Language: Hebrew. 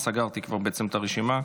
סגרתי כבר בעצם את הרשימה.